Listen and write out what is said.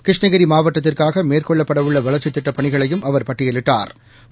கிருஷ்ணகிரிமாவட்டத்திற்ககாகமேற்கொள்ளப்படவுள்ளவளர்ச்சித் திட்டப்பணிகளையும் அவர் பட்டியலிட்டா்